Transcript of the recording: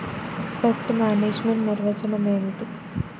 Pest management నిర్వచనం ఏమిటి?